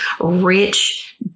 rich